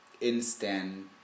instant